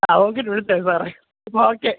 ആ നോക്കിയിട്ട് വിളിച്ചാല് മതി സാറേ അപ്പോള് ഓക്കെ